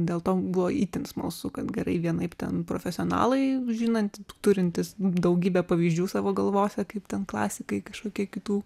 dėl to buvo itin smalsu kad gerai vienaip ten profesionalai žinantys turintys daugybę pavyzdžių savo galvose kaip ten klasikai kažkokie kitų